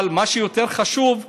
אבל מה שיותר חשוב,